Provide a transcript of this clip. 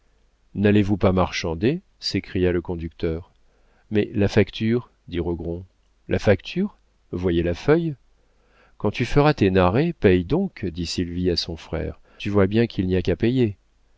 n'allez-vous pas marchander s'écria le conducteur mais la facture dit rogron la facture voyez la feuille quand tu feras tes narrés paye donc dit sylvie à son frère tu vois bien qu'il n'y a qu'à payer